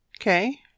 Okay